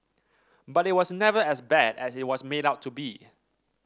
but it was never as bad as it was made out to be